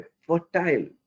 fertile